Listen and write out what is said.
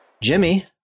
Jimmy